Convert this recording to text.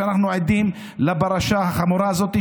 שאנחנו עדים לפרשה החמורה הזאת,